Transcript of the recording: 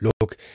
Look